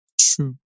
True